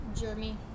jeremy